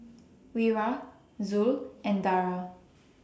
Wira Zul and Dara